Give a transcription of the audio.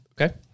Okay